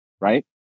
right